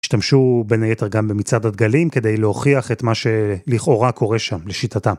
השתמשו בין היתר גם במצד הדגלים כדי להוכיח את מה שלכאורה קורה שם לשיטתם.